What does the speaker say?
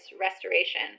restoration